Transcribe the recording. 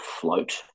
float